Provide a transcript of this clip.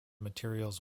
materials